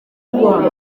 ibikorwa